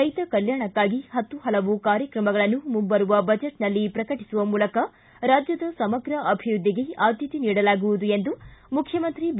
ರೈತ ಕಲ್ಯಾಣಕಾಗಿ ಹತ್ತು ಪಲವು ಕಾರ್ಯಕ್ರಮಗಳನ್ನು ಮುಂಬರುವ ಬಜೆಟ್ನಲ್ಲಿ ಪ್ರಕಟಿಸುವ ಮೂಲಕ ರಾಜ್ಯದ ಸಮಗ್ರ ಅಭಿವೃದ್ದಿಗೆ ಆದ್ದತೆ ನೀಡಲಾಗುವುದು ಎಂದು ಮುಖ್ಯಮಂತ್ರಿ ಬಿ